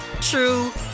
true